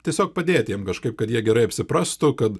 tiesiog padėt jiem kažkaip kad jie gerai apsiprastų kad